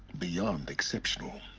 beyond exceptional